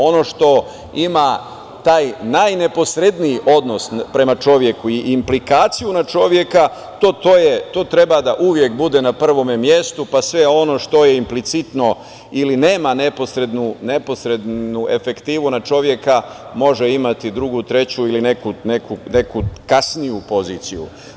Ono što ima taj najneposredniji odnos prema čoveku i implikaciju na čoveka to treba uvek da bude na prvom mestu, pa sve ono što je implicitno ili nema neposrednu efektivu na čoveka, može imati drugu, treću ili neku kasniju poziciju.